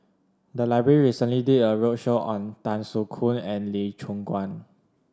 the library recently did a roadshow on Tan Soo Khoon and Lee Choon Guan